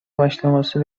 başlaması